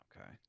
Okay